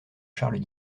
charles